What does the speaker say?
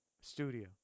studio